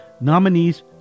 nominees